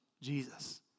Jesus